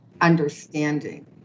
understanding